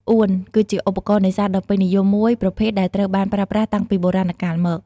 អួន គឺជាឧបករណ៍នេសាទដ៏ពេញនិយមមួយប្រភេទដែលត្រូវបានប្រើប្រាស់តាំងពីបុរាណកាលមក។